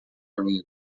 mim